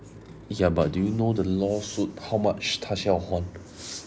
ya but do you know the lawsuit how much 他需要还